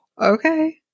Okay